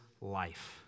life